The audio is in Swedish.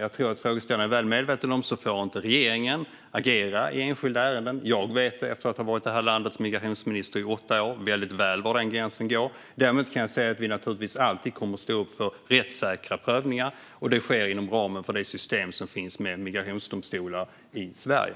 Jag tror att frågeställaren är väl medveten om att regeringen inte får agera i enskilda ärenden. Jag vet, efter att ha varit landets migrationsminister i åtta år, väldigt väl var den gränsen går. Däremot kan jag säga att vi naturligtvis alltid kommer att stå upp för rättssäkra prövningar. Det sker inom ramen för det system som finns med migrationsdomstolar i Sverige.